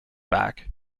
back